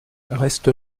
reste